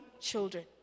children